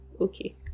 okay